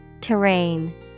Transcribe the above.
Terrain